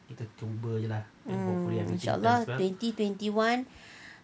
um inshallah twenty twenty one